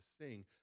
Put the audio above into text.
sing